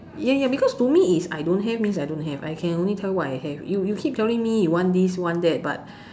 ya ya because to me is I don't have means I don't have I can only tell you what I have you you keep telling me you want this want that but